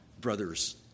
brothers